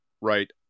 right